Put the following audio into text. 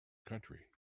country